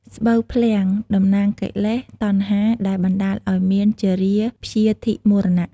ស្បូវភ្លាំងតំណាងកិលេស តណ្ហា ដែលបណ្តាលឱ្យមានជរាព្យាធិមរណៈ។